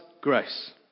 grace